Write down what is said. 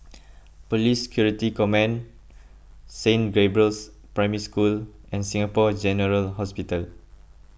Police Security Command Saint Gabriel's Primary School and Singapore General Hospital